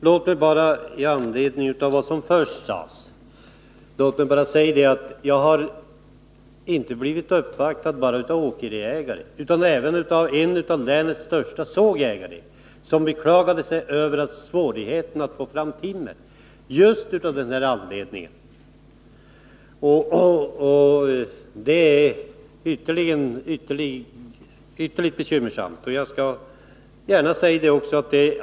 Låt mig bara, i anledning av vad som först sades, anföra att jag har blivit uppvaktad inte bara av åkeriägare utan även av en av länets största sågägare, som beklagat sig över svårigheterna att få fram timmer just av denna anledning. Det är ytterligt bekymmersamt.